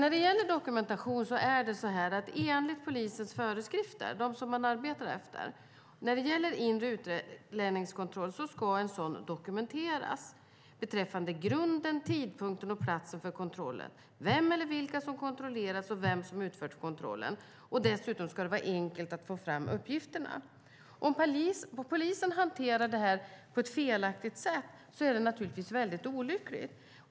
När det gäller dokumentation är det så att enligt de föreskrifter för inre utlänningskontroll som polisen arbetar efter ska en sådan kontroll dokumenteras beträffande grunden, tidpunkten och platsen för kontrollen, vem eller vilka som kontrolleras och vem som utför kontrollen. Dessutom ska det vara enkelt att få fram uppgifterna. Om polisen hanterar det här på ett felaktigt sätt är det naturligtvis väldigt olyckligt.